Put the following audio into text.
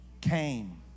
came